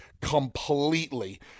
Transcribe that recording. completely